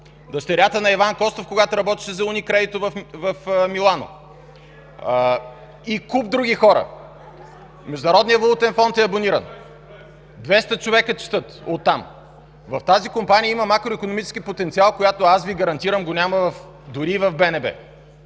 дъщерята на Иван Костов, когато работеше за „Уникредито” в Милано, и куп други хора. Международният валутен фонд е абониран, двеста човека четат от там. В тази компания има макроикономически потенциал, който, аз Ви гарантирам, го няма дори в БНБ.